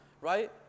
right